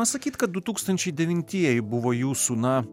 sakyt kad du tūkstančiai devintieji buvo jūsų na